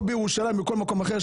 או בירושלים ובכל מקום אחר,